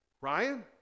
Ryan